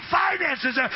finances